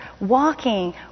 walking